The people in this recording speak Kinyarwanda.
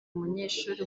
munyeshuri